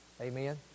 Amen